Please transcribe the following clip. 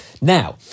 Now